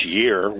year